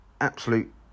absolute